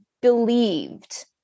believed